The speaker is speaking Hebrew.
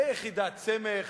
ליחידת סמך,